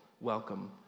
welcome